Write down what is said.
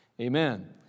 Amen